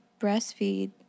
breastfeed